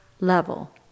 level